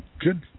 Good